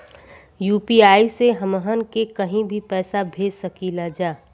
UPI से हमहन के कहीं भी पैसा भेज सकीला जा?